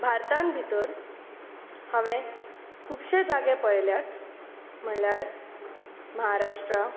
भारतांत भितर हांवेन खुबशे जागे पळयल्यात म्हणल्यार महाराष्ट्रा